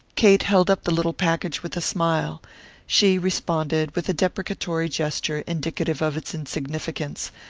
kate held up the little package with a smile she responded with a deprecatory gesture indicative of its insignificance,